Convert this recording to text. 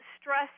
stress